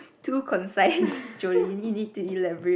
two consensus Jolini need to elaborate